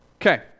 Okay